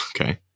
Okay